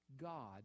God